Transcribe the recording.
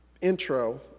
intro